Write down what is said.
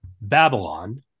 Babylon